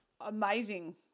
amazing